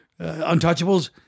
Untouchables